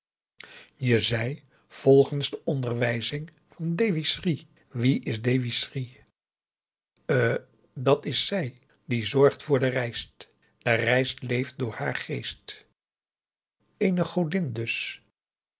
je zei volgens de onderwijzing van dewi sri wie is dewi sri eh dat is zij die zorgt voor de rijst de rijst leeft door haar geest eene godin dus